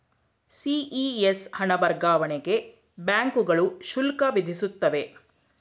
CES ಹಣ ವರ್ಗಾವಣೆಗೆ ಬ್ಯಾಂಕುಗಳು ಶುಲ್ಕ ವಿಧಿಸುತ್ತವೆ